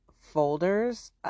folders